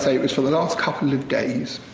so it was for the last couple of days.